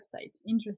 Interesting